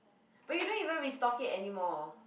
but you don't even restock it anymore